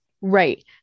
Right